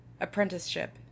Apprenticeship